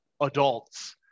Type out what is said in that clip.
adults